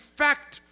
fact